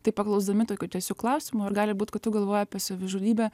tai paklausdami tokiu tiesiu klausimu ar gali būt kad tu galvoji apie savižudybę